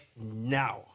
now